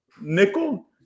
Nickel